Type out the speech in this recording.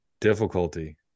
difficulty